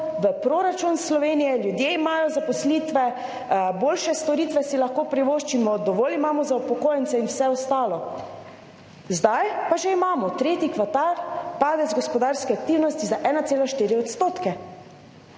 v proračun Slovenije, ljudje imajo zaposlitve, boljše storitve si lahko privoščimo, dovolj imamo za upokojence in vse ostalo. Zdaj pa že imamo tretji kvartar padec gospodarske aktivnosti za 1,4 %.